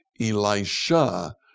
Elisha